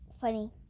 Funny